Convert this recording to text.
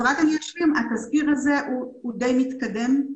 התזכיר הזה הוא די מתקדם.